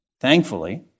Thankfully